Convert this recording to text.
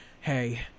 Hey